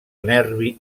nervi